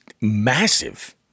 massive